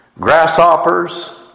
grasshoppers